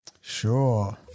Sure